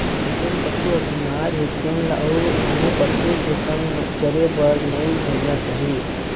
जेन पशु ह बिमार हे तेन ल अउ आने पशु के संग म चरे बर नइ भेजना चाही